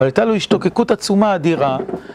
אבל הייתה לו השתוקקות עצומה אדירה.